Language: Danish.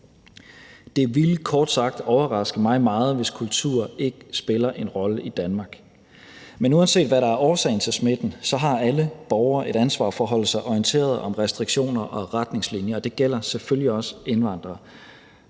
Det ville kort sagt overraske mig meget, hvis kultur ikke spiller en rolle i Danmark. Men uanset hvad der er årsagen til smitten, har alle borgere et ansvar for at holde sig orienteret om restriktioner og retningslinjer, og det gælder selvfølgelig også indvandrere.